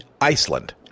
Iceland